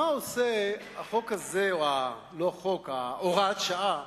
מה עושה הוראת השעה